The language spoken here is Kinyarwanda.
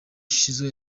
shizzo